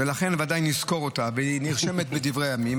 ולכן ודאי נזכור אותה והיא נרשמת בדברי הימים.